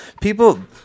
people